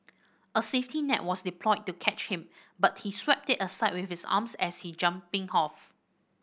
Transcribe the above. a safety net was deployed to catch him but he swept it aside with his arms as he jumping off